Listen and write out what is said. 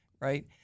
right